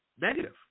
negative